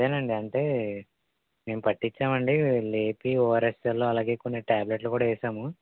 అదేనండి అంటే మేము పట్టించామండి లేపి ఓఅర్ఎస్ఎల్ అలాగే కొన్ని ట్యాబ్లెట్లు కూడా వేసాము